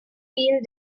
field